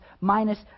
minus